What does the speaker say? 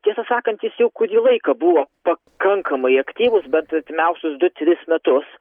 tiesą sakant jis jau kurį laiką buvo pakankamai aktyvus bet artimiausius du tris metus